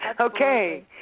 Okay